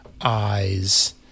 eyes